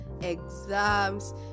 exams